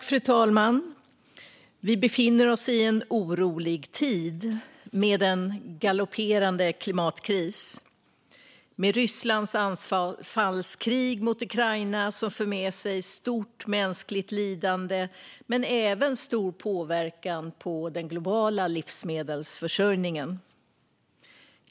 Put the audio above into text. Fru talman! Vi befinner oss i en orolig tid, med en galopperande klimatkris och Rysslands anfallskrig mot Ukraina, som för med sig stort mänskligt lidande men även stor påverkan på den globala livsmedelsförsörjningen.